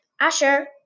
Usher